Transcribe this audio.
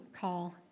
call